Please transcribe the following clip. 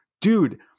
dude